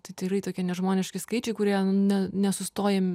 tai tikrai tokie nežmoniški skaičiai kurie ne nesustoja